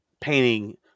painting